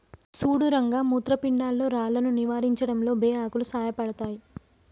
సుడు రంగ మూత్రపిండాల్లో రాళ్లను నివారించడంలో బే ఆకులు సాయపడతాయి